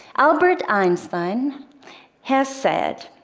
albert einstein has said,